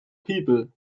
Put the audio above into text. people